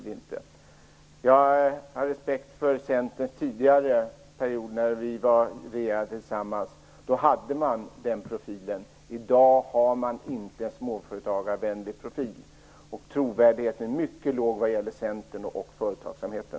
Jag har respekt för Centerns tidigare period, när vi regerade tillsammans. Då hade man den profilen. I dag har man inte en småföretagarvänlig profil. Trovärdigheten är mycket låg vad gäller Centern och företagsamheten.